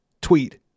tweet